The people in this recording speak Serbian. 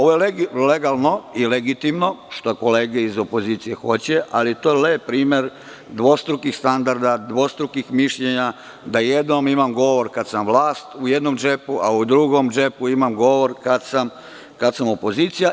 Ovo je legalno i legitimno što kolege iz opozicije hoće, ali je to lep primer dvostrukih standarda, dvostrukih mišljenja, da u jednom džepu imam govor kada sam vlast, a u drugom džepu imam govor kada sam opozicija.